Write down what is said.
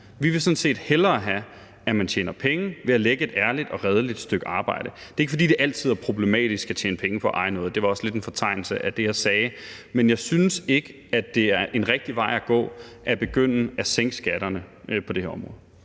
Vi vil sådan set hellere have, at man tjener penge ved at lægge et ærligt og redeligt stykke arbejde. Det er ikke, fordi det altid er problematisk at tjene penge på at eje noget. Det var også lidt en fortegnelse af det, jeg sagde, men jeg synes ikke, at det er en rigtig vej at gå at begynde at sænke skatterne på det her område.